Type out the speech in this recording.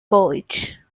college